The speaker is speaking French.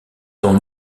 dans